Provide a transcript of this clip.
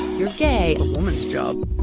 you're gay a woman's job